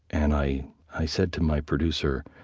and i i said to my producer,